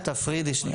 תפרידי שנייה.